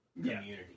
community